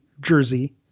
jersey